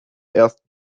ersten